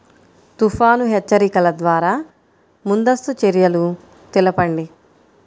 తుఫాను హెచ్చరికల ద్వార ముందస్తు చర్యలు తెలపండి?